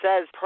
says